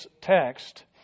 text